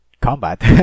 combat